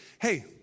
hey